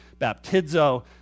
baptizo